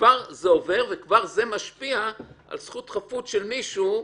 כבר זה עובר וכבר זה משפיע על זכות חפות של מישהו?